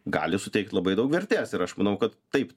gali suteikt labai daug vertės ir aš manau kad taip